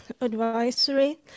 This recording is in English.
advisory